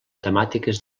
temàtiques